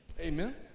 Amen